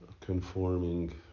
conforming